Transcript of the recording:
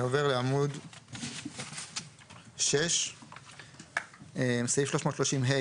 אני עובר לעמוד 6. סעיף 330ה,